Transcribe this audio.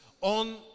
on